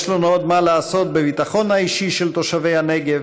יש לנו עוד מה לעשות בביטחון האישי של תושבי הנגב,